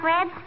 Red